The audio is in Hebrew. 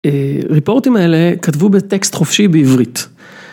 ריפורטים האלה כתבו בטקסט חופשי בעברית.